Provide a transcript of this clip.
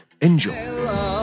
Enjoy